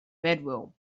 bedroom